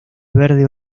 verde